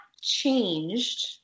changed